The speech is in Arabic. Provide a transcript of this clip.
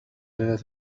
ليلة